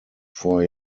vor